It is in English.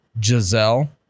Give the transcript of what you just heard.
Giselle